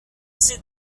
ses